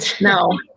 No